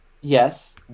Yes